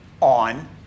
on